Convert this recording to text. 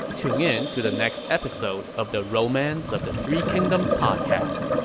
tune in to the next episode of the romance of the three kingdoms podcast.